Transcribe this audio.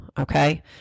Okay